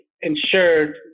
insured